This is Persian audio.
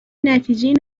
نتیجهای